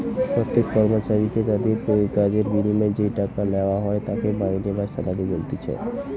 প্রত্যেক কর্মচারীকে তাদির কাজের বিনিময়ে যেই টাকা লেওয়া হয় তাকে মাইনে বা স্যালারি বলতিছে